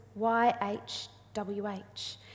YHWH